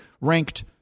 ranked